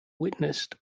witnessed